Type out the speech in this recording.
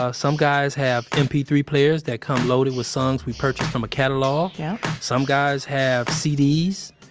ah some guys have m p three players that come loaded with songs we purchased from a catalog yeah some guys have cds.